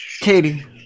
Katie